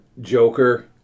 Joker